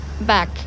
Back